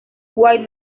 white